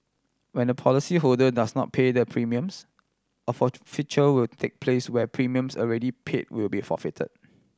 when a policyholder does not pay the premiums of a forfeiture will take place where premiums already pay will be forfeit